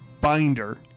binder